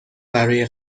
برای